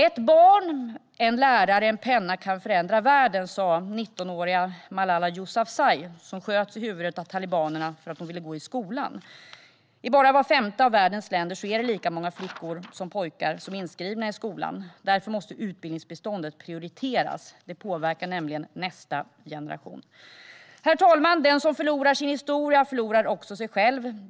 Ett barn, en lärare och en penna kan förändra världen, sa 19-åriga Malala Yousafzai, som sköts i huvudet av talibanerna för att hon ville gå i skolan. I bara vart femte land i världen är det lika många flickor som pojkar som är inskrivna i skolan, och därför måste utbildningsbiståndet prioriteras. Det påverkar nämligen nästa generation. Herr talman! Den som förlorar sin historia förlorar också sig själv.